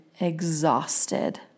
exhausted